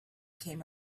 came